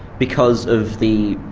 because of the,